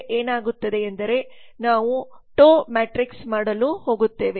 ಏನಾಗುತ್ತದೆ ಎಂದರೆ ನಾವು ಟಿ ಒ ಡಬ್ಲ್ಯೂ ಮ್ಯಾಟ್ರಿಕ್ಸ್ ಮಾಡಲು ಹೋಗುತ್ತೇವೆ